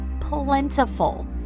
plentiful